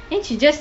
then she just